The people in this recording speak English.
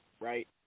Right